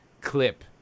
clip